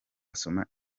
asoma